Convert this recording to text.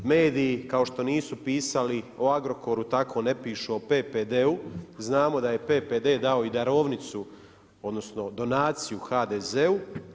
Mediji kao što nisu pisali o Agrokoru tako ne pišu o PPD-u, znamo da je PPD dao i darovnicu, odnosno donaciju HDZ-u.